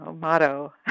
motto